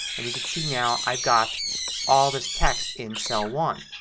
and you can see now i've got all this text in cell one.